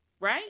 right